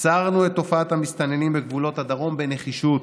עצרנו את תופעת המסתננים בגבולות הדרום בנחישות,